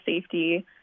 safety